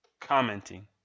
commenting